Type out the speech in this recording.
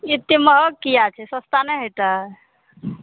एत्ते महग किया छै सस्ता नहि होयतै